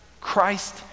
Christ